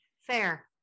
fair